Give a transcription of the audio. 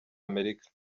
amerika